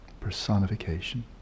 personification